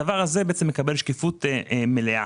הדבר הזה מקבל שקיפות מלאה.